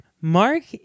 Mark